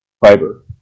fiber